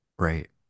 Right